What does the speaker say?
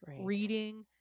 Reading